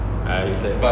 I understand